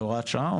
זה הוראת שעה?